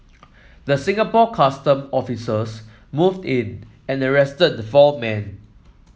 the Singapore Custom officers moved in and arrested the four men